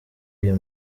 iyo